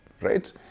right